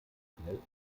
schnell